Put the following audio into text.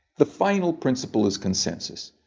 the final principle is consensus.